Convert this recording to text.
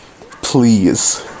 please